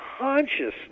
consciousness